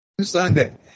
Sunday